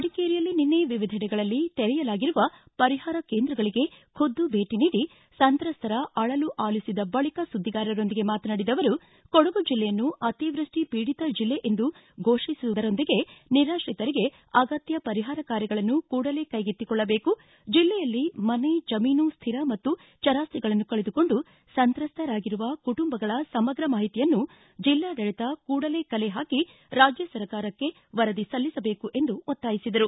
ಮಡಿಕೇರಿಯಲ್ಲಿ ನಿನ್ನೆ ವಿವಿಧೆಡೆಗಳಲ್ಲಿ ತೆರೆಯಲಾಗಿರುವ ಪರಿಹಾರ ಕೇಂದ್ರಗಳಿಗೆ ಖುದ್ದು ಭೇಟ ನೀಡಿ ಸಂತ್ರಸ್ತರ ಅಳಲು ಆಲಿಸಿದ ಬಳಿಕ ಸುದ್ದಿಗಾರರೊಂದಿಗೆ ಮಾತನಾಡಿದ ಅವರು ಕೊಡಗು ಜಿಲ್ಲೆಯನ್ನು ಅತಿವೃಷ್ಷಿ ಖೀಡಿತ ಜಿಲ್ಲೆ ಎಂದು ಫೋಷಿಸುವುದರೊಂದಿಗೆ ನಿರಾತ್ರಿತರಿಗೆ ಅಗತ್ತ ಪರಿಹಾರ ಕಾರ್ಯಗಳನ್ನು ಕೂಡಲೇ ಕೈಗೆತ್ತಿಕೊಳ್ಳಬೇಕು ಜಿಲ್ಲೆಯಲ್ಲಿ ಮನೆ ಜಮೀನು ಸ್ಟಿರ ಮತ್ತು ಚರಾಸ್ತಿಗಳನ್ನು ಕಳೆದುಕೊಂಡು ಸಂತ್ರಸ್ತರಾಗಿರುವ ಕುಟುಂಬಗಳ ಸಮಗ್ರ ಮಾಹಿತಿಯನ್ನು ಜಿಲ್ಲಾಡಳಿತ ಕೂಡಲೇ ಕಲೆ ಹಾಕಿ ರಾಜ್ಯ ಸರ್ಕಾರಕ್ಷೆ ವರದಿ ಸಲ್ಲಿಸಬೇಕು ಎಂದು ಒತ್ತಾಯಿಸಿದರು